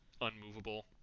unmovable